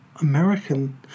American